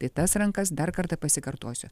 tai tas rankas dar kartą pasikartosiu